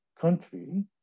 country